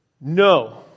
No